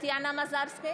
טטיאנה מזרסקי,